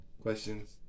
questions